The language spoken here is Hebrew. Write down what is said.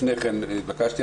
לפני כן התבקשתי,